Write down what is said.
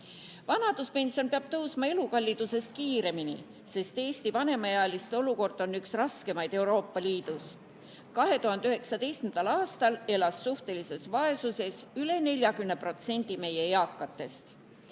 suurendada. Vanaduspension peab tõusma elukallidusest kiiremini, sest Eesti vanemaealiste olukord on üks raskemaid Euroopa Liidus. 2019. aastal elas suhtelises vaesuses üle 40% meie eakatest.